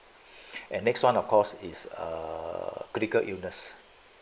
and next one of course is uh critical illness